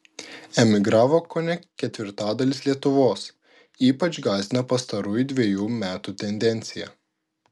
emigravo kone ketvirtadalis lietuvos ypač gąsdina pastarųjų dvejų metų tendencija